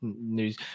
News